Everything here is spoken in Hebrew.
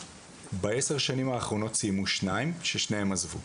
בעשר השנים האחרונות סיימו שניים, ששניהם עזבו.